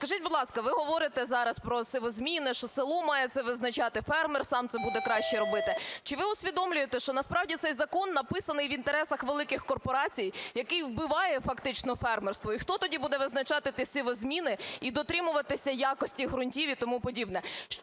Скажіть, будь ласка, ви говорите зараз про ці зміни, що село має це визначати, фермер сам це буде краще робити. Чи ви усвідомлюєте, що насправді цей закон написаний в інтересах великих корпорацій, який вбиває фактично фермерство? І хто тоді буде визначати ті самі зміни і дотримуватися якості ґрунтів і тому подібне?